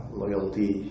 loyalty